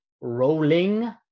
rolling